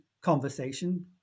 conversation